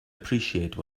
appreciate